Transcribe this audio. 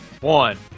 One